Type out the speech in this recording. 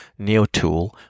NeoTool